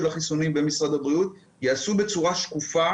החיסונים במשרד הבריאות ייעשו בצורה שקופה.